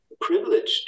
privileged